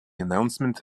announcement